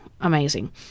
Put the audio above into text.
Amazing